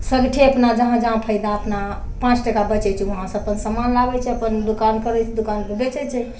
सगरे अपना जहाँ जहाँ फायदा अपना पाँच टका बचै छै वहाँसँ अपना समान लाबै छै अपन दोकान करै छै दोकानपर बेचै छै